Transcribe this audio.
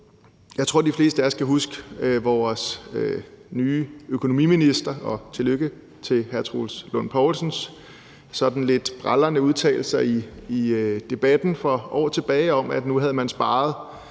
Jeg tror, de fleste af os kan huske vores nye økonomiministers – og tillykke med ministerposten – sådan lidt braldrende udtalelser i Debatten for år tilbage om, at nu havde man sparet